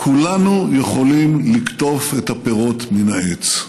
כולנו יכולים לקטוף את הפירות מן העץ.